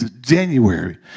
January